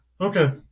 Okay